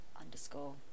underscore